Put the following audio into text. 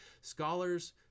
Scholars